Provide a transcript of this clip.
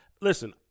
Listen